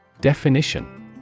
Definition